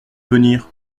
venir